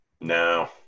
no